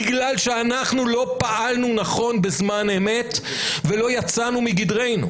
בגלל שאנחנו לא פעלנו נכון בזמן אמת ולא יצאנו מגדרנו,